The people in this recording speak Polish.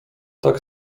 tak